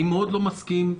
אני מאוד לא מסכים,